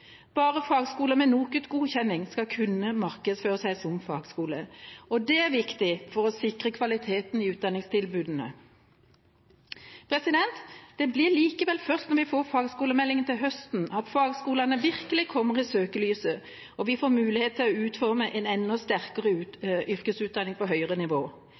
Bare fagskoler med NOKUT-godkjenning skal kunne markedsføre seg som fagskoler. Det er viktig for å sikre kvaliteten i utdanningstilbudene. Det blir likevel først når vi får fagskolemeldinga til høsten, at fagskolene virkelig kommer i søkelyset og vi får mulighet til å utforme en enda sterkere yrkesutdanning på høyere nivå.